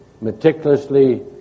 meticulously